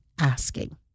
asking